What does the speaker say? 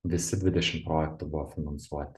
visi dvidešim projektų buvo finansuoti